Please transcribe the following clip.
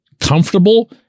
comfortable